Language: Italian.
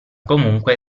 comunque